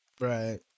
Right